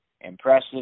impressive